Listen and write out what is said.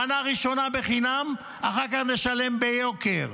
מנה ראשונה בחינם, אחר כך נשלם ביוקר.